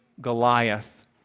Goliath